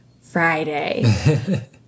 friday